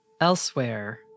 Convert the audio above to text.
Elsewhere